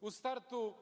U startu